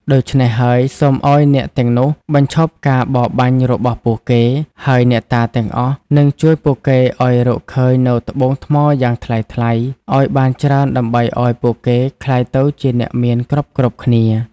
ដូច្នេះហើយសូមឱ្យអ្នកទាំងនោះបញ្ឈប់ការបរបាញ់របស់ពួកគេ ហើយអ្នកតាទាំងអស់នឹងជួយពួកគេឲ្យរកឃើញនូវត្បូងថ្មយ៉ាងថ្លៃៗ ឲ្យបានច្រើនដើម្បីឲ្យពួកគេក្លាយទៅជាអ្នកមានគ្រប់ៗគ្នា